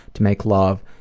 to make love,